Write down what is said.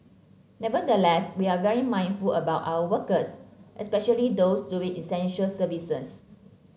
nevertheless we are very mindful about our workers especially those doing essential services